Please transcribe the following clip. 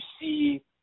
see